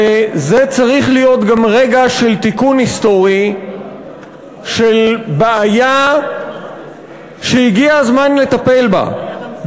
וזה צריך להיות גם רגע של תיקון היסטורי של בעיה שהגיע הזמן לטפל בה,